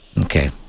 okay